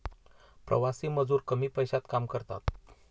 प्रवासी मजूर कमी पैशात काम करतात